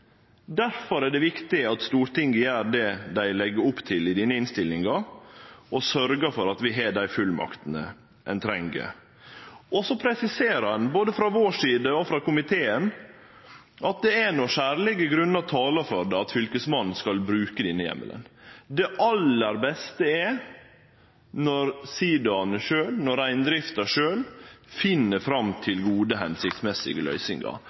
er det viktig at Stortinget gjer det dei legg opp til i denne innstillinga, og sørgjer for at vi har dei fullmaktene ein treng. Ein presiserer, både frå vår side og frå komiteen, at det er når særlege grunnar talar for det, at Fylkesmannen skal bruke denne heimelen. Det aller beste er når siidaane sjølve, når reindrifta sjølv, finn fram til gode, hensiktsmessige løysingar.